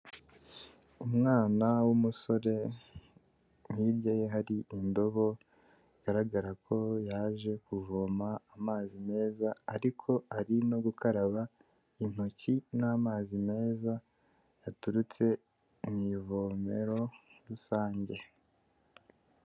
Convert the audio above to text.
Umwana w'umusore hirya ye hari indobo, bigaragara ko yaje kuvoma amazi meza, ariko ari no gukaraba intoki n'amazi meza yaturutse mu ivomero rusange.